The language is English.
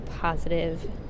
positive